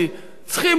צריכים לכאן?